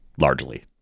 largely